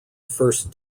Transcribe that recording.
first